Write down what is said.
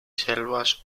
selvas